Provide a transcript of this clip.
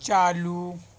چالو